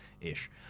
ish